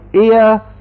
ear